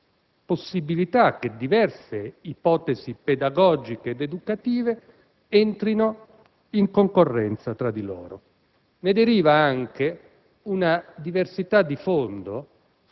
possibilità che diverse ipotesi pedagogiche ed educative entrino in concorrenza tra di loro. Deriva anche una diversità di fondo